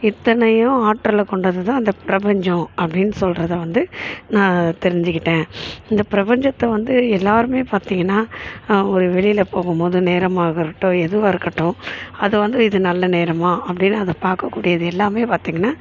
இத்தனையும் ஆற்றலா கொண்டது தான் அந்த பிரபஞ்சம் அப்படின்னு சொல்கிறத வந்து நான் தெரிஞ்சுக்கிட்டேன் இந்த பிரபஞ்சத்தை வந்து எல்லோருமே பார்த்திங்கன்னா ஒரு வெளியில் போகும் போது நேரமாக ஆகட்டும் எதுவாக இருக்கட்டும் அது வந்து இது நல்ல நேரமா அப்படின்னு அதை பாக்கக்கூடியது எல்லாமே பார்த்திங்கன்னா